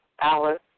Alice